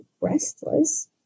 restless